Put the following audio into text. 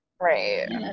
Right